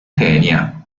kenya